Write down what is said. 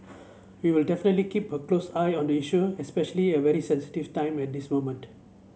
we will definitely keep a close eye on the issue especially at a very sensitive time at this moment